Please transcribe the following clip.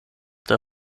der